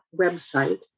website